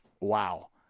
wow